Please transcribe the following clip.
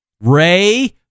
Ray